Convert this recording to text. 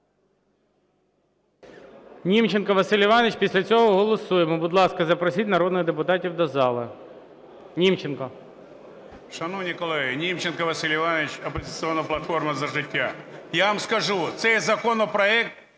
Німченко Василь Іванович. Після цього голосуємо. Будь ласка, запросіть народних депутатів до залу. Німченко. 12:50:15 НІМЧЕНКО В.І. Шановні колеги! Німченко Василь Іванович, "Опозиційна платформа – За життя". Я вам скажу, цей законопроект